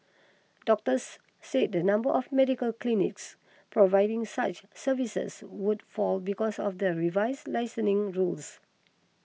doctors said the number of medical clinics providing such services would fall because of the revised licensing rules